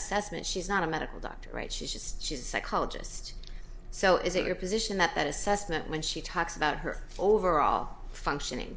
assessment she's not a medical doctor right she's just she's a psychologist so is it your position that assessment when she talks about her overall functioning